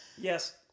Yes